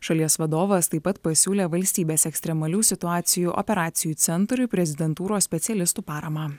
šalies vadovas taip pat pasiūlė valstybės ekstremalių situacijų operacijų centrui prezidentūros specialistų paramą